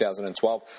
2012